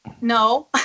no